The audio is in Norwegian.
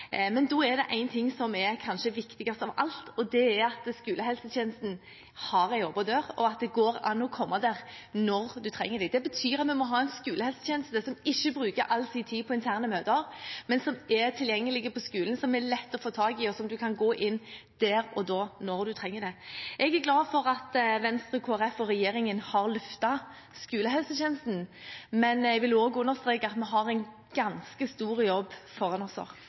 Men da er det én ting som kanskje er viktigst av alt, og det er at skolehelsetjenesten har en åpen dør, og at det går an å komme dit når du trenger det. Det betyr at vi må ha en skolehelsetjeneste som ikke bruker all sin tid på interne møter, men som er tilgjengelig på skolen, som er lett å få tak i, og der man kan gå inn der og da, når man trenger det. Jeg er glad for at Venstre, Kristelig Folkeparti og regjeringen har løftet skolehelsetjenesten, men jeg vil også understreke at vi har en ganske stor jobb foran